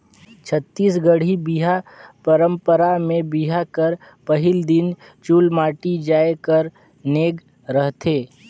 छत्तीसगढ़ी बिहा पंरपरा मे बिहा कर पहिल दिन चुलमाटी जाए कर नेग रहथे